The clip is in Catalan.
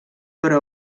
però